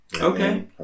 okay